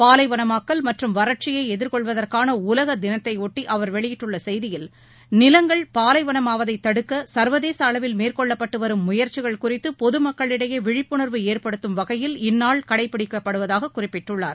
பாலைவனமாக்கல் மற்றும் வறட்சியை எதிர்கொள்வதற்கான உலக தினத்தையொட்டி அவர் வெளியிட்டுள்ள செய்தியில் நிலங்கள் பாலைவனமாவதை தடுக்க சர்வதேச அளவில் மேற்கொள்ளப்பட்டு வரும் முயற்சிகள் குறித்து பொது மக்களிடையே விழிப்புணர்வு ஏற்படுத்தம் வகையில் இந்நாள் கடைப்பிடிக்கப்படுவதாகக் குறிப்பிட்டுள்ளார்